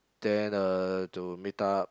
then uh to meet up